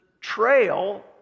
trail